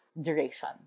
duration